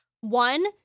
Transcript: One